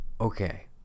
okay